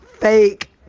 fake